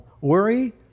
Worry